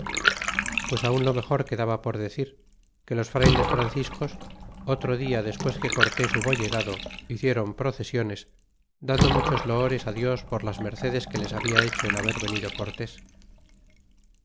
pues aun lo mejor quedaba por decir que los frayles franciscos otro dia despues que cortes hubo llegado hicieron procesiones dando muchos loores dios por las mercedes que lis habia hecho en haber venido cortes